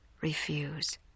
refuse